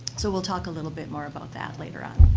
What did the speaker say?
so, we'll talk a little bit more about that later on.